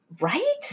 right